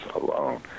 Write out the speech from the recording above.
alone